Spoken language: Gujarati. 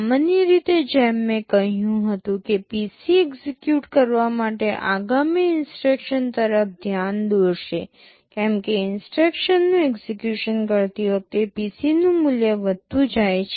સામાન્ય રીતે જેમ મેં કહ્યું હતું કે PC એક્ઝેક્યુટ કરવા માટેની આગામી ઇન્સટ્રક્શન તરફ ધ્યાન દોરશે કેમ કે ઇન્સટ્રક્શન્સનું એક્સેકયુશન કરતી વખતે PC નું મૂલ્ય વધતું જાય છે